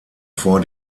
vor